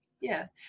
Yes